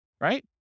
right